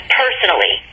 personally